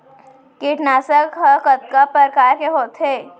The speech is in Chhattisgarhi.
कीटनाशक ह कतका प्रकार के होथे?